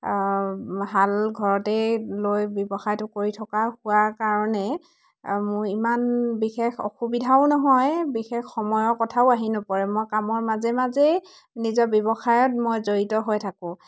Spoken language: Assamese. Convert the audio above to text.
শাল ঘৰতেই লৈ ব্যৱসায়টো কৰি থকা হোৱাৰ কাৰণে মোৰ ইমান বিশেষ অসুবিধাও নহয় বিশেষ সময়ৰ কথাও আহি নপৰে মই কামৰ মাজে মাজেই নিজৰ ব্যৱসায়ত মই জড়িত হৈ থাকোঁ